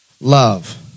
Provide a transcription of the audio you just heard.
love